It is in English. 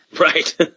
Right